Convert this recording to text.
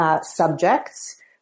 subjects